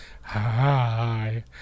Hi